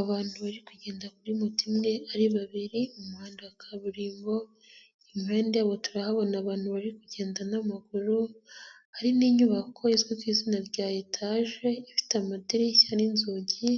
Abantu bari kugenda kuri moto imwe ari babiri mu muhanda wa kaburimbo, impande turahabona abantu bari kugenda n'amaguru hari n'inyubako izwi ku izina rya etaje ifite amadirishya n'inzugi